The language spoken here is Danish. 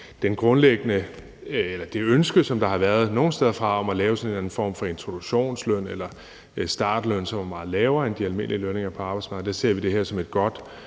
det ønske, som der har været nogle steder, om at lave sådan en eller anden form for introduktionsløn eller startløn, som er meget lavere end de almindelige lønninger på arbejdsmarkedet. Der ser vi det her som et godt